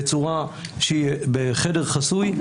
בחדר חסוי,